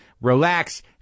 relax